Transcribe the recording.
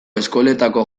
eskoletako